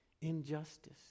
injustice